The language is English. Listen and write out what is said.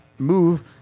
move